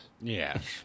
Yes